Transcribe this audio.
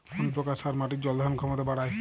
কোন প্রকার সার মাটির জল ধারণ ক্ষমতা বাড়ায়?